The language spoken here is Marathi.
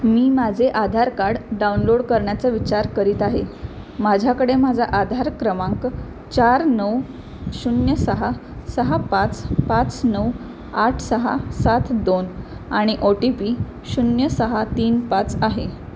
मी माझे आधार कार्ड डाउनलोड करण्याचा विचार करीत आहे माझ्याकडे माझा आधार क्रमांक चार नऊ शून्य सहा सहा पाच पाच नऊ आठ सहा सात दोन आणि ओ टी पी शून्य सहा तीन पाच आहे